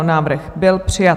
Návrh byl přijat.